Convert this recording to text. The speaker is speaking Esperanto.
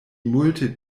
multe